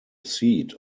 seat